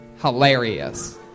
Hilarious